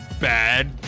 Bad